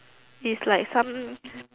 is like some